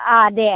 অঁ দে